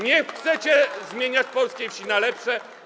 Nie chcecie zmieniać polskiej wsi na lepsze.